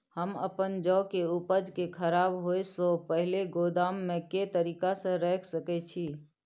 हम अपन जौ के उपज के खराब होय सो पहिले गोदाम में के तरीका से रैख सके छी?